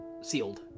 sealed